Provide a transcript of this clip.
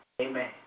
Amen